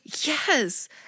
Yes